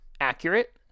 accurate